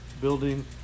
building